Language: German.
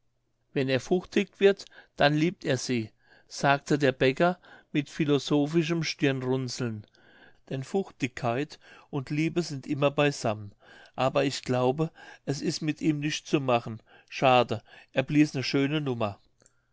wenn er fuchtig wird dann liebt er sie sagte der bäcker mit philosophischem stirnrunzeln denn fuchtigkeit und liebe sind immer beisammen aber ich glaube es is mit ihm nischt zu machen schade er blies ne schöne nummer